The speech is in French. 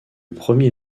premier